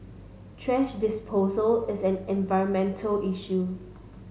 trash disposal is an environmental issue